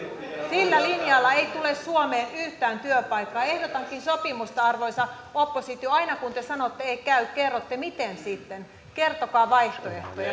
sillä linjalla ei tule suomeen yhtään työpaikkaa ehdotankin sopimusta arvoisa oppositio aina kun te sanotte ei käy kerrotte miten sitten kertokaa vaihtoehtoja